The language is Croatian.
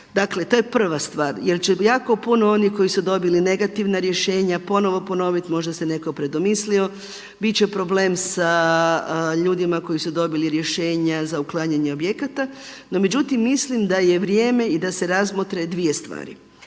Dakle, to je prva stvar jer će jako puno onih koji su dobili negativna rješenja ponovno ponoviti. Možda se netko predomislio. Bit će problem sa ljudima koji su dobili rješenja za uklanjanje objekata. No međutim, mislim da je vrijeme i da se razmotre dvije stvari.